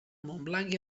montblanc